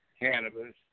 Cannabis